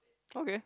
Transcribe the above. okay